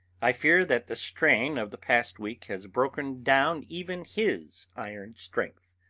i fear that the strain of the past week has broken down even his iron strength.